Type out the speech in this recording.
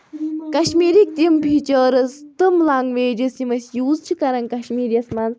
کَشمیٖرٕکۍ تِم فیٖچٲرٕز تِم لینگویجز یِم أسۍ یوٗز چھِ کران کَشمیٖرِیَس منٛز